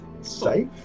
safe